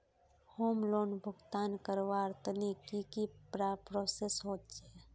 Home loan भुगतान करवार तने की की प्रोसेस होचे?